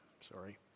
Sorry